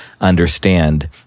understand